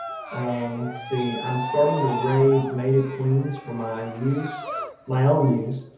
um see, i'm starting to raise mated queens for my use, my own use.